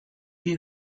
you